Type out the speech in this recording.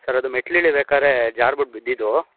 sir ಅದು ಮೆಟ್ಟಿಲು ಇಳಿಬೇಕಾದ್ರೆ ಜಾರ್ಬಿಟ್ಟು ಬಿದ್ದಿದ್ದು